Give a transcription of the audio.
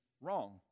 wrong